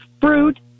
fruit